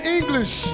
English